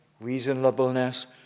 reasonableness